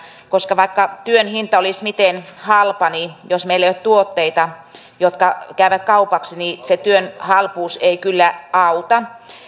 koska vaikka työn hinta olisi miten halpa niin jos meillä ei ole tuotteita jotka käyvät kaupaksi niin se työn halpuus ei kyllä auta